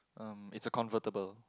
um it's a convertible